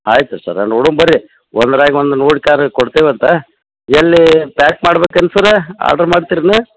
ಆಯ್ತು ಸರ ನೋಡುಣ್ ಬನ್ರಿ ಒಂದ್ರಾಗ ಒಂದು ನೋಡಿ ಕೊಡ್ತೇವೆ ಅಂತ ಎಲ್ಲೀ ಪ್ಯಾಕ್ ಮಾಡ್ಬೇಕು ಏನು ಸರ ಆಡ್ರು ಮಾಡ್ತಿರೇನು